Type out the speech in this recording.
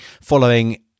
following